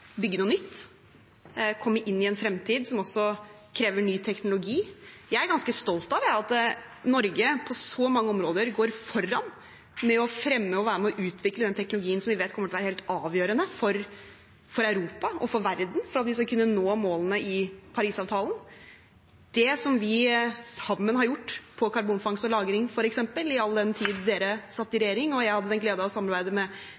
komme inn i en fremtid som også krever ny teknologi. Jeg er ganske stolt av at Norge på så mange områder går foran ved å fremme og være med på å utvikle teknologien som vi vet kommer til å være helt avgjørende for Europa og for verden for at vi skal kunne nå målene i Parisavtalen. I all den tid Fremskrittspartiet satt i regjering og